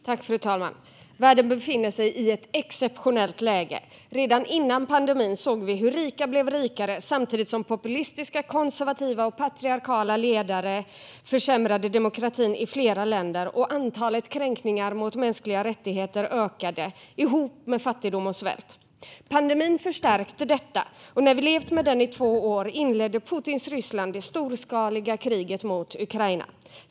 Fru talman! Världen befinner sig i ett exceptionellt läge. Redan före pandemin såg vi hur rika blev rikare samtidigt som populistiska, konservativa och patriarkala ledare försämrade demokratin i flera länder och antalet kränkningar mot mänskliga rättigheter ökade, ihop med fattigdom och svält. Pandemin förstärkte detta, och när vi hade levt med den i två år inledde Putins Ryssland det storskaliga kriget mot Ukraina.